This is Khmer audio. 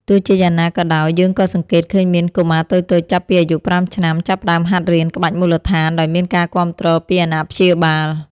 ទោះជាយ៉ាងណាក៏ដោយ យើងក៏សង្កេតឃើញមានកុមារតូចៗចាប់ពីអាយុ ៥ ឆ្នាំ ចាប់ផ្ដើមហាត់រៀនក្បាច់មូលដ្ឋានដោយមានការគាំទ្រពីអាណាព្យាបាល។